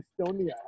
Estonia